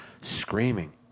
screaming